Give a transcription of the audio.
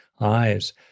eyes